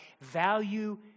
Value